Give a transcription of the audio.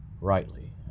rightly